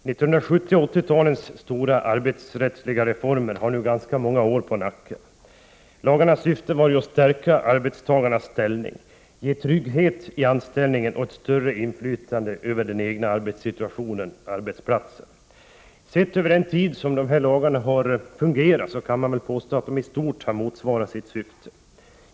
Herr talman! 1970 och 1980-talens stora arbetsrättsliga reformer har nu ganska många år på nacken. Lagarnas syfte var att stärka arbetstagarnas ställning, ge trygghet i anställningen och ge ett större inflytande över den egna arbetssituationen och arbetsplatsen. Sett över den tid som dessa lagar har varit i kraft, kan man väl påstå att de i stort har motsvarat sitt syfte.